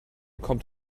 kommt